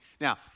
Now